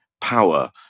power